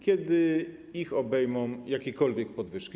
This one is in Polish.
Kiedy ich obejmą jakiekolwiek podwyżki?